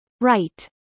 Right